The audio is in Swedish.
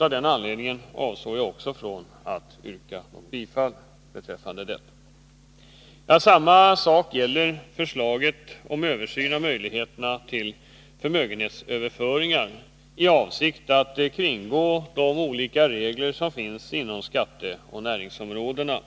Av den anledningen avstår jag också från att yrka bifall till detta yrkande. Samma sak gäller förslaget om en översyn av möjligheterna till förmögenhetsöverföringar i avsikt att kringgå de olika regler som finns inom skatteoch näringsområdena.